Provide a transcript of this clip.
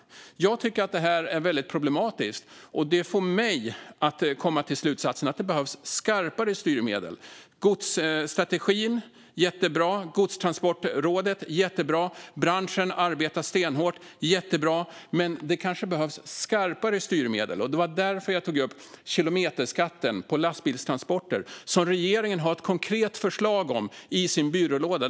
Jag tycker att det här är problematiskt, och det får mig att dra slutsatsen att det behövs skarpare styrmedel. Godsstrategin - jättebra. Godstransportrådet - jättebra. Branschen arbetar stenhårt - jättebra. Men det kanske behövs skarpare styrmedel. Det var därför jag tog upp kilometerskatten på lastbilstransporter, som regeringen har ett konkret förslag om i sin byrålåda.